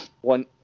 one